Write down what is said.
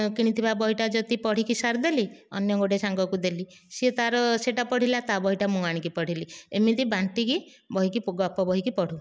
ମୁଁ କିଣିଥିବା ବହିଟା ଯଦି ପଢ଼ିକି ସାରିଦେଲି ଅନ୍ୟ ଗୋଟିଏ ସାଙ୍ଗକୁ ଦେଲି ସେ ତା'ର ସେହିଟା ପଢ଼ିଲା ତା'ବହିଟା ମୁଁ ଆଣିକି ପଢ଼ିଲି ଏମିତି ବାଣ୍ଟିକି ବହିକି ଗପ ବହିକି ପଢ଼ୁ